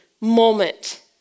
moment